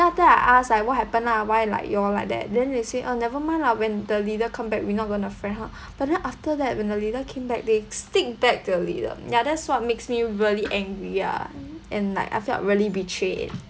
then later I asked like what happened ah why like you all like that then they say uh never mind lah when the leader come back we're not going to friend her but then after that when the leader came back they stick back to the leader ya that's what makes me really angry ah and like I felt really betrayed